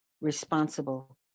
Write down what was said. responsible